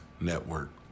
Network